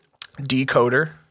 Decoder